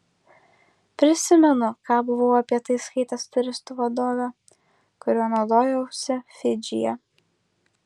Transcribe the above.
prisimenu ką buvau apie tai skaitęs turistų vadove kuriuo naudojausi fidžyje